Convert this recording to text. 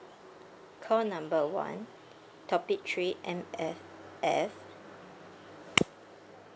call number one topic three M_S_F